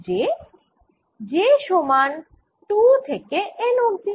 j সমান 2 থেকে N অবধি